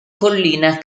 collina